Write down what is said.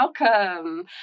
Welcome